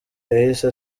yahise